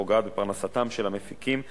הפוגעות בפרנסתם של המפיקים בישראל,